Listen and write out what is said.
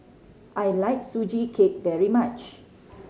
I like Sugee Cake very much